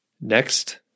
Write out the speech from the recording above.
next